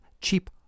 Cheap